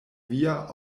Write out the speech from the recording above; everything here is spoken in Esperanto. via